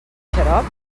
xarop